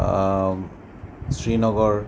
Srinagar